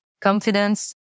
confidence